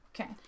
Okay